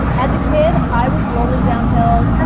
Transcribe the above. as a kid, i was rolling down hills.